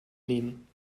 nehmen